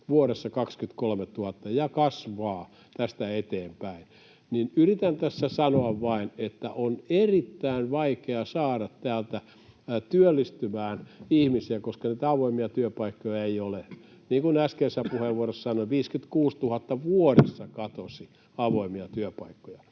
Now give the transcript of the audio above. vuodessa 23 000 ja kasvaa tästä eteenpäin. Yritän tässä sanoa vain, että on erittäin vaikea saada täältä työllistymään ihmisiä, koska avoimia työpaikkoja ei ole. Niin kuin äskeisessä puheenvuorossa sanoin, 56 000 vuodessa katosi avoimia työpaikkoja.